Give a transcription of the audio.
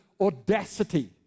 audacity